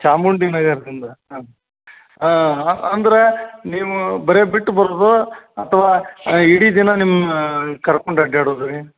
ಚಾಮುಂಡಿ ನಗರದಿಂದ ಹಾಂ ಹಾಂ ಅಂದರೆ ನೀವು ಬರೇ ಬಿಟ್ಟು ಬರುದ ಅಥ್ವ ಇಡೀ ದಿನ ನಿಮ್ಮ ಕರ್ಕೊಂಡು ಅಡ್ಡಾಡೋದು ರೀ